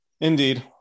Indeed